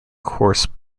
coarse